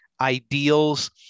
ideals